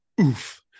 Oof